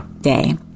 day